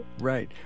Right